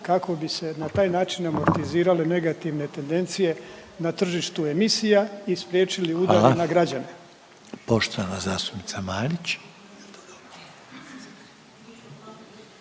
kako bi se na taj način amortizirale negativne tendencije na tržištu emisija i spriječili…/Upadica Reiner: